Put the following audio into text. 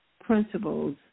principles